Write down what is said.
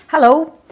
Hello